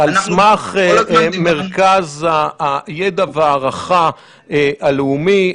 על סמך מרכז הידע וההערכה הלאומי.